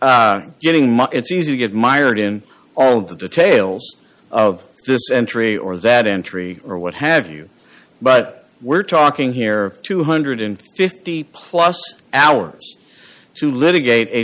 t getting my it's easy to get mired in all the details of this entry or that entry or what have you but we're talking here two hundred and fifty plus hours to litigate